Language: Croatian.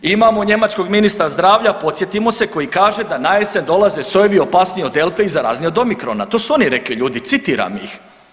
Imamo njemačkog ministra zdravlja, podsjetimo se, koji kaže da najesen dolaze sojevi opasniji od delte i zarazniji od omikrona, to su oni rekli, ljudi, citiram ih.